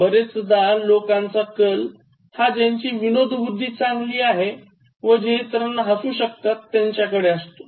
बरेचदा लोकांचा कल हा ज्यांची विनोदबुद्धी चांगली आहे व जे इतरांना हसवू शकतात त्यांच्याकडे असतो